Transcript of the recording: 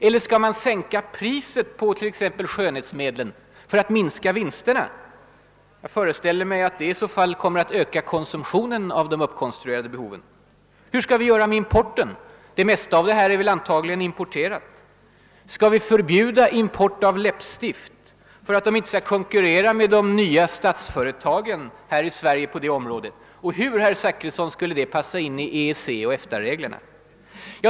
Eller skall man sänka priset på skönhetsmedlen för att minska vinsterna — i så fall kommer väl det att öka konsumtionen av de uppkonstruerade behoven. Hur skall vi göra med importen? Skall vi förbjuda import av läppstift för att dessa importörer inte skall konkurrera med de nya statsföretagen här i Sverige på det området? Och hur, herr Zachrisson, skulle det passa in med EEC och EFTA reglerna?